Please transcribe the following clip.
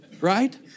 Right